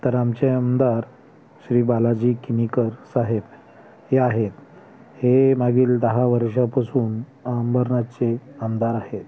तर आमचे आमदार श्री बालाजी किनीकर साहेब हे आहेत हे मागील दहा वर्षापासून अंबरनाथचे आमदार आहेत